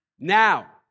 Now